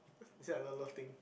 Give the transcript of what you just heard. you say I love love thing